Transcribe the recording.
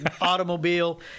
automobile